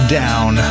down